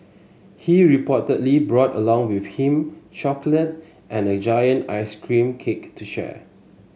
he reportedly brought along with him chocolate and a giant ice cream cake to share